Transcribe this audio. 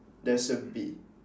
there's a bee